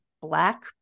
black